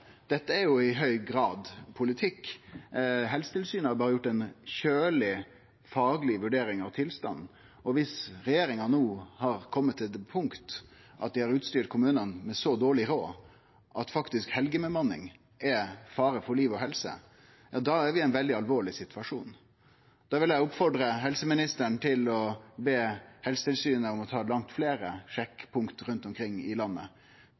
dette er jo i høg grad politikk. Helsetilsynet har berre gjort ei kjøleg, fagleg vurdering av tilstanden. Viss regjeringa no har kome til det punkt at dei har utstyrt kommunane med så dårleg råd at helgebemanning faktisk er fare for liv og helse, er vi i ein veldig alvorleg situasjon. Da vil eg oppmode helseministeren til å be Helsetilsynet om å ta langt fleire sjekkar rundt omkring i landet.